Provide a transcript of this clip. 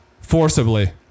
forcibly